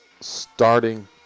starting